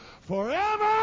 forever